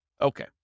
Okay